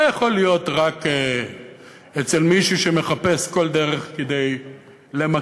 זה יכול להיות רק אצל מי שמחפש כל דרך כדי למקש,